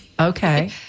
Okay